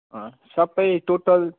सबै टोटल